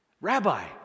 Rabbi